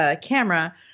camera